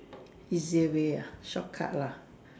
easier way lah short cut lah